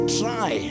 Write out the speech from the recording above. try